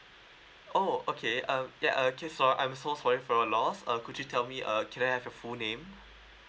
oh okay uh ya okay so I'm so sorry for your loss uh could you tell me uh can I have your full name